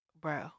bro